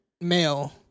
male